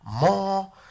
more